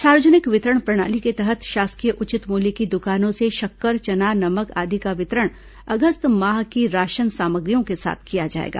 सार्वजनिक वितरण प्रणाली के तहत शासकीय उचित मूल्य की दुकानों से शक्कर चना नमक आदि का वितरण अगस्त माह की राशन सामाग्रियों के साथ किया जाएगा